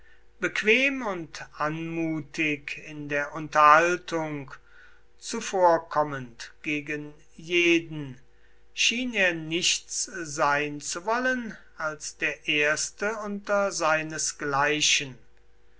bequem und anmutig in der unterhaltung zuvorkommend gegen jeden schien er nichts sein zu wollen als der erste unter seinesgleichen